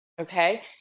okay